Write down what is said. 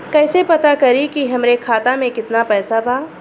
कइसे पता करि कि हमरे खाता मे कितना पैसा बा?